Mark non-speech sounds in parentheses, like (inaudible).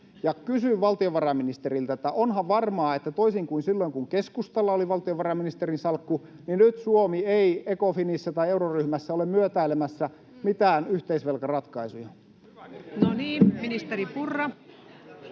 kysyn valtiovarainministeriltä: onhan varmaa, että toisin kuin silloin, kun keskustalla oli valtiovarainministerin salkku, nyt Suomi ei Ecofinissä tai euroryhmässä ole myötäilemässä mitään yhteisvelkaratkaisuja? (noise) No niin, ministeri Purra.